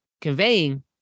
conveying